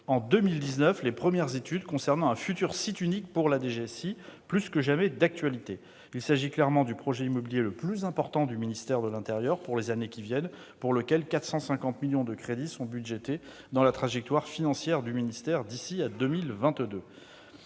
en 2019 les premières études concernant le futur site unique pour la DGSI, plus que jamais d'actualité. Il s'agit clairement du projet immobilier le plus important du ministère pour les années qui viennent et en faveur duquel 450 millions d'euros de crédits sont budgétés dans la trajectoire financière du ministère d'ici à 2022.